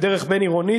בדרך בין-עירונית,